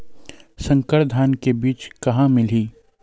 संकर धान के बीज कहां मिलही?